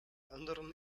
anderen